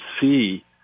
see